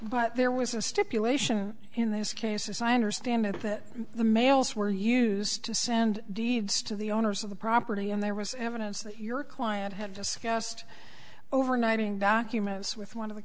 but there was a stipulation in this case is i understand it that the mails were used to send deeds to the owners of the property and there was evidence that your client had discussed overnighting documents with one of the